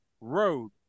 Road